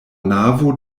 navo